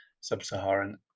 sub-saharan